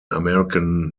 american